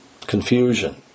confusion